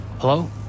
Hello